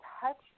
touch